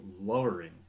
lowering